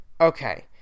Okay